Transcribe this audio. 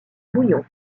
bouillon